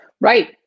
right